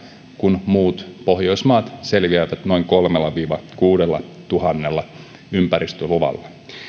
kun muut pohjoismaat selviävät noin kolmellatuhannella viiva kuudellatuhannella ympäristöluvalla